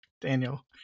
daniel